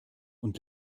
und